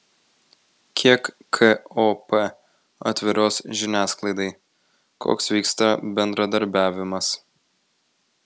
kiek kop atviros žiniasklaidai koks vyksta bendradarbiavimas